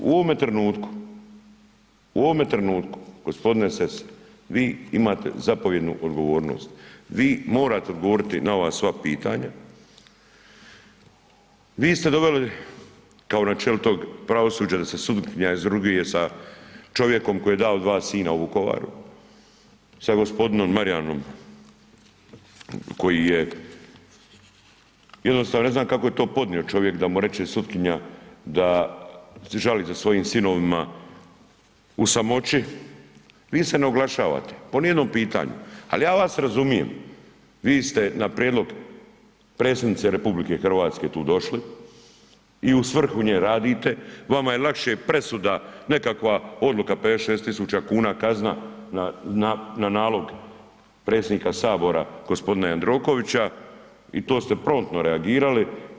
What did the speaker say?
U ovome trenutku, u ovome trenutku gospodine Sessa vi imate zapovjednu odgovornost, vi morate odgovoriti na ova sva pitanja, vi ste doveli kao načelo tog pravosuđa da se sutkinja izruguje sa čovjekom koji je dao dva sina u Vukovaru, sa gospodinom Marijanom koji je jednostavno ne znam kako je to podnio čovjek da mu reče sutkinja da žali za svojim sinovima u samoći, vi se ne oglašavate po ni jednom pitanju, ali ja vas razumijem vi ste na prijedlog predsjednice RH tu došli i u svrhu nje radite, vama je lakše presuda nekakva odluka 50 - 60 tisuća kuna kazna na, na nalog predsjednika sabora gospodina Jandrokovića i to ste promptno reagirali.